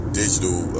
digital